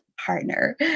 partner